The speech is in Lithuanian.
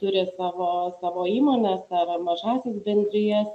turi savo savo įmones ar mažąsias bendrijas